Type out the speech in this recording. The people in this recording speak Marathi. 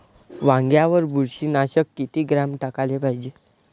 वांग्यावर बुरशी नाशक किती ग्राम टाकाले पायजे?